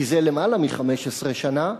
מזה למעלה מ-15 שנה.